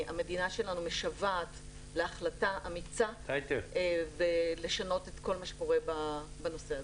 המדינה שלנו משוועת להחלטה אמיצה בלשנות את כל מה שקורה בנושא הזה.